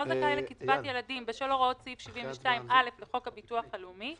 זכאי לקצבת ילדים בשל הוראות סעיף 72(א) לחוק הביטוח הלאומי,